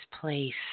place